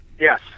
yes